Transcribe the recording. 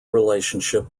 relationship